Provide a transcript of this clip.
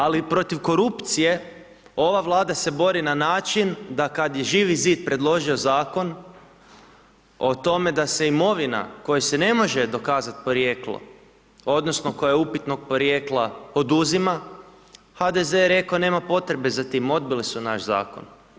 Ali protiv korupcije ova Vlada se bori na način da kad je Živi Zid predložio zakon o tome da se imovina kojoj se ne može dokazat porijeklo odnosno koja je upitnog porijekla, oduzima, HDZ je rekao nema potrebe za tim, odbili su naš zakon.